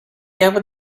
ever